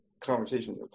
conversation